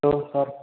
hello sir